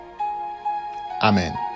Amen